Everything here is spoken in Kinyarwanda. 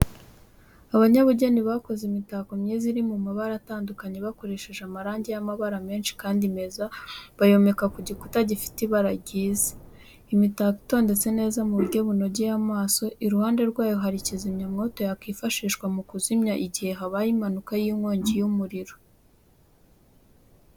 Abanyabugeni bakoze imitako myiza iri mu mabara atandukanye bakoresheje amarangi y'amabara menshi kandi meza bayomeka ku gikuta gifite ibara ryiza, imitako itondetse neza mu buryo bunogeye amaso, iruhande rwayo hari kizimyamwoto yakwifashishwa mu kuzimya mu gihe habaye impanuka y'inkongi y'umuriro.